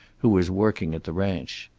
who was working at the ranch.